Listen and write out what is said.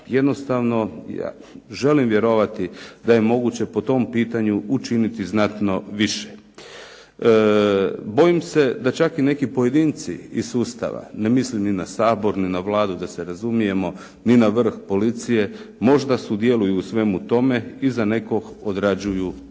jednostavno želim vjerovati da je moguće po tom pitanju učiniti znatno više. Bojim se da čak i neki pojedinci iz sustava, ne mislim ni na Sabor, ni na Vladu da se razumijemo, ni na vrh policije, možda sudjeluju u svemu tome i za nekog odrađuju posao.